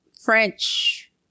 French